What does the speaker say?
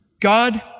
God